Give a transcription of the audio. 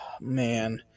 man